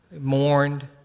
mourned